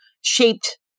shaped